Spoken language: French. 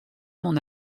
mon